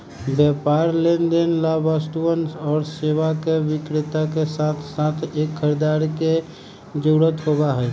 व्यापार लेनदेन ला वस्तुअन और सेवा के विक्रेता के साथसाथ एक खरीदार के जरूरत होबा हई